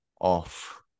off